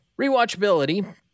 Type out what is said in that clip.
Rewatchability